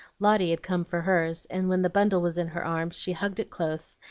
lotty had come for hers, and when the bundle was in her arms she hugged it close,